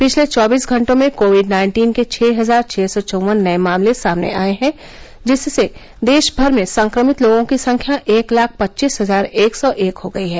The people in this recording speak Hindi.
पिछले चौबीस घंटों में कोविड नाइन्टीन के छह हजार छः सौ चौवन नये मामले सामने आये हैं जिससे देश भर में संक्रमित लोगों की संख्या एक लाख पच्चीस हजार एक सौ एक हो गयी है